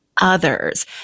others